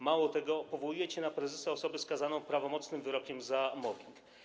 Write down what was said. Mało tego, powołujecie na prezesa osobę skazaną prawomocnym wyrokiem za mobbing.